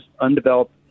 undeveloped